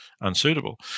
unsuitable